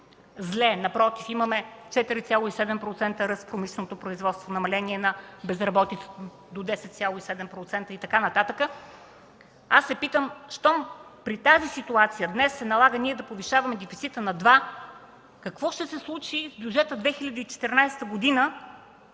зле. Напротив, имаме 4,7% ръст в промишленото производство, намаление на безработицата до 10,7% и така нататък, аз се питам: след като при тази ситуация днес се налага да повишаваме дефицита на 2%, то какво ще се случи с бюджета за 2014 г. и